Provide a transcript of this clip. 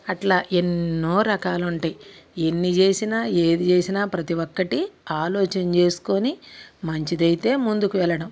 అట్లా ఎన్నో రకాలు ఉంటాయి ఎన్ని చేసినా ఏది చేసినా ప్రతి ఒక్కటి ఆలోచన చేసుకొని మంచిదైతే ముందుకు వెళ్ళడం